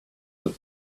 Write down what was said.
that